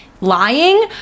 lying